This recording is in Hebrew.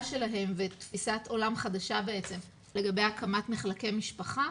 שלהם ותפיסת עולם חדשה בעצם לגבי הקמת מחלקי משפחה,